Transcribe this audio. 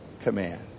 command